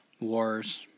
wars